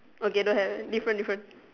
okay don't have different different